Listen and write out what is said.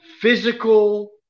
physical